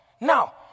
Now